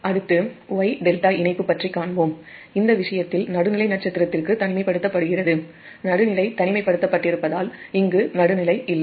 அடுத்து Y ∆ இணைப்பு பற்றி காண்போம்இந்த விஷயத்தில் நியூட்ரல் ஸ்டார்க்கு தனிமைப்படுத்தப்படுகிறது நியூட்ரல் தனிமைப்படுத்தப் பட்டிருப்பதால் இங்கு நியூட்ரல் இல்லை